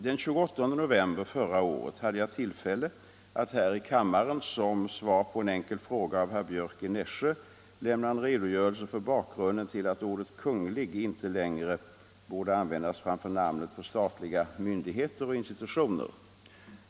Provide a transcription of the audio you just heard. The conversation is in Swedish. Den 28 november förra året hade jag tillfälle att här i kammaren som svar på en enkel fråga av herr Björck i Nässjö lämna en redogörelse för bakgrunden till att ordet Kungl. inte längre borde användas framför namnet på statliga myndigheter och institutioner.